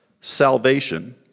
salvation